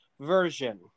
version